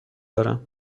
دارم